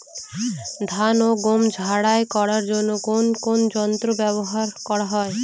ধান ও গম ঝারাই করার জন্য কোন কোন যন্ত্র ব্যাবহার করা হয়?